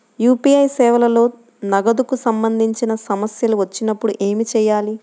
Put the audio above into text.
UPI సేవలలో నగదుకు సంబంధించిన సమస్యలు వచ్చినప్పుడు ఏమి చేయాలి?